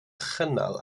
chynnal